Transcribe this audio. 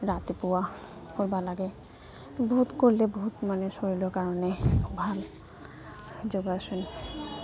ৰাতিপুৱা কৰবা লাগে বহুত কৰিলে বহুত মানে শৰীৰৰ কাৰণে ভাল যোগাসন